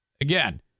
Again